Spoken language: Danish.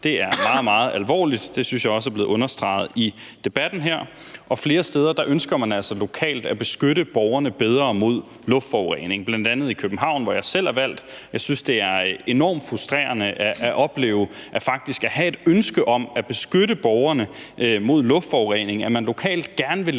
meget, meget alvorligt. Det synes jeg også er blevet understreget i debatten her. Flere steder ønsker man altså lokalt at beskytte borgerne bedre mod luftforurening, bl.a. i København, hvor jeg selv er valgt. Jeg synes, det er enormt frustrerende at opleve, at når man faktisk har et ønsket om at beskytte borgerne mod luftforureningen og man lokalt gerne vil